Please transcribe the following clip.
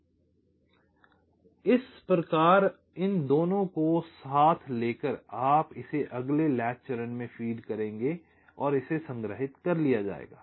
अइस प्रकार इन दोनों को साथ लेकर आप इसे अगले लैच चरण में फीड करेंगे और इसे संग्रहित कर लिया जायेगा